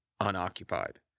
unoccupied